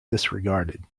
disregarded